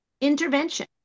intervention